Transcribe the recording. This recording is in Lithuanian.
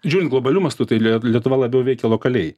žiūrint globaliu mastu tai lie lietuva labiau veikia lokaliai